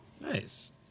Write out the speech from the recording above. nice